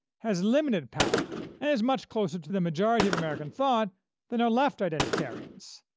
has limited power and is much closer to the majority of american thought than are left identitarians.